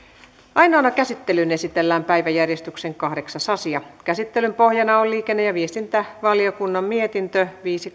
ainoaan käsittelyyn esitellään päiväjärjestyksen kahdeksas asia käsittelyn pohjana on liikenne ja viestintävaliokunnan mietintö viisi